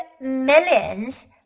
millions